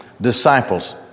Disciples